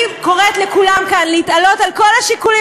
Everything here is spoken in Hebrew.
אני קוראת לכולם כאן להתעלות מעל כל השיקולים